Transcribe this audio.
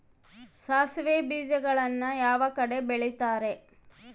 ಸಾಸಿವೆ ಬೇಜಗಳನ್ನ ಯಾವ ಕಡೆ ಬೆಳಿತಾರೆ?